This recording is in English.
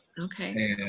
Okay